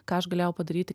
ką aš galėjau padaryti